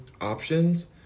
options